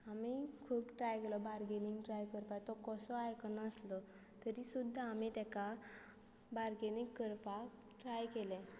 आमी खूब ट्राय केलो बार्गेनींग ट्राय करपाक तो कसो आयकनासलो तरी सुद्दां आमी ताका बारगेनींग करपाक ट्राय केलें